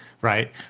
right